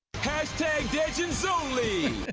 hash tag digits only.